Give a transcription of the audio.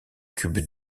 cube